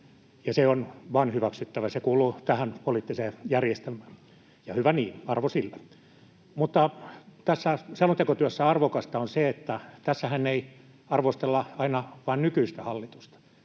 se on vain hyväksyttävä, se kuuluu tähän poliittiseen järjestelmään, ja hyvä niin, arvo sillä. Mutta tässä selontekotyössä arvokasta on se, että tässähän ei arvostella aina vain nykyistä hallitusta,